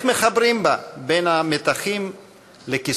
ואיך מחברים בה בין המתחים לכיסופים?